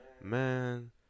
Man